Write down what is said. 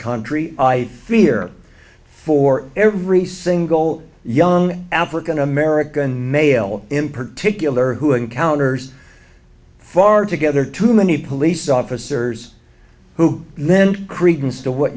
country i fear for every single young african american male in particular who encounters far together too many police officers who then credence to what